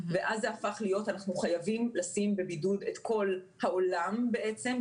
ואז זה הפך להיות שאנחנו חייבים לשים בבידוד את כל העולם בעצם,